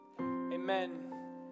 Amen